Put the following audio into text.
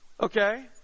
Okay